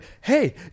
hey